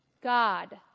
God